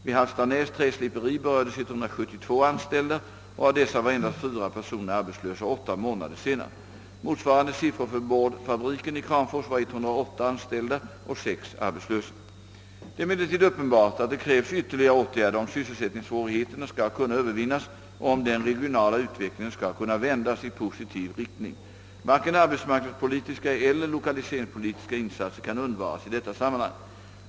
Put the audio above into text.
Vid Hallstanäs träsliperi berördes 172 anställda, och av dessa var endast fyra personer arbetslösa åtta månader senare. Motsvarande siffror för boardfabriken i Kramfors var 108 anställda och sex arbetslösa. Det är emellertid uppenbart att det krävs ytterligare åtgärder om sysselsättningssvårigheterna skall kunna Ööver vinnas och om den regionala utvecklingen skall kunna vändas i positiv riktning. Varken arbetsmarknadspolitiska eller lokaliseringspolitiska insatser kan undvaras i detta sammanhang.